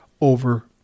over